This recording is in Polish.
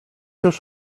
już